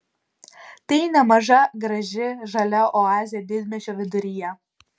tai nemaža graži žalia oazė didmiesčio viduryje